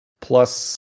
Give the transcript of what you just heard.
plus